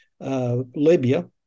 Libya